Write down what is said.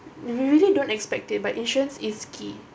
we really don't expect it but insurance is key